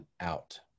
out